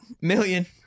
million